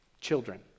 Children